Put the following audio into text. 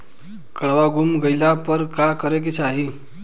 काडवा गुमा गइला पर का करेके चाहीं?